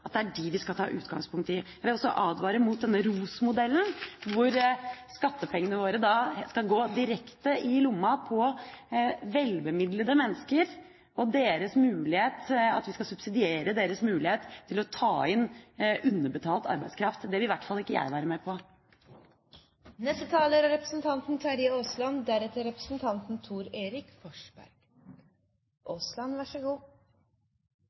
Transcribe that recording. Jeg vil også advare mot denne ROS-modellen, hvor skattepengene våre skal gå direkte i lomma på velbemidlede mennesker, at vi subsidierer deres mulighet til å ta inn underbetalt arbeidskraft. Det vil i hvert fall ikke jeg være med på! Interpellanten tar opp et svært alvorlig tema. Sosial dumping angår oss alle. I de groveste tilfellene er det utvilsomt slik at det er menneskehandel satt i system innenfor enkeltaktører i norsk næringsliv. Så